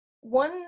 one